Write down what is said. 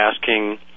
asking